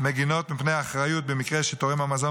מגינות מפני אחריות במקרה שתורם המזון